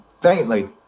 Faintly